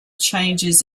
changes